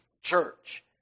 church